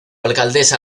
alcaldesa